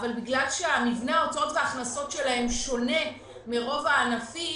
אבל בגלל שמבנה ההוצאות וההכנסות שלהם שונה מרוב הענפים,